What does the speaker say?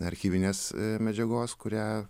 archyvinės medžiagos kurią